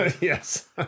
Yes